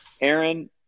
aaron